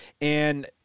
And-